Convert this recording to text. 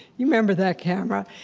you remember that camera?